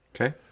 Okay